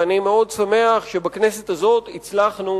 ואני שמח מאוד שבכנסת הזאת הצלחנו